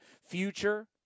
future